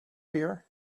here